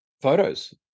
photos